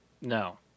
No